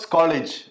College